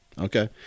Okay